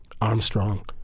Armstrong